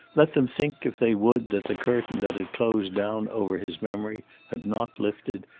let them think, if they would, that the curtain that had closed down over his memory had not lifted,